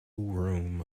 room